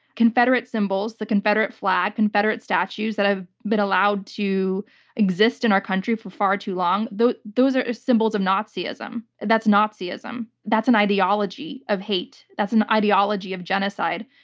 confederate symbols, the confederate flag, confederate statutes that have been allowed to exist in our country from far too long, those those are symbols of nazism. that's so nazism. that's an ideology of hate. that's an ideology of genocide.